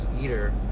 eater